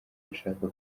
bashaka